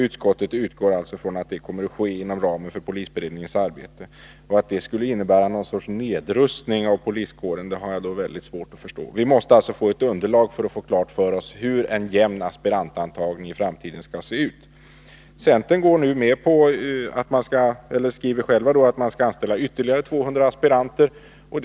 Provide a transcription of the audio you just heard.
Utskottet utgår från att så kommer att ske inom ramen för polisberedningens arbete.” Att detta skulle Anslag till polis innebära någon sorts nedrustning av poliskåren har jag mycket svårt att väsendet och åklaförstå. garväsendet Vi måste alltså få ett underlag för att kunna få klart för oss hur en jämn aspirantantagning i framtiden skall se ut. Centerledamöterna skriver nu att ytterligare 200 aspiranter bör anställas.